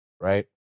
right